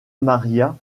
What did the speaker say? maria